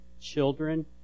children